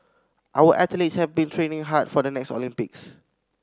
our athletes have been training hard for the next Olympics